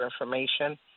information